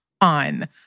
on